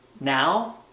now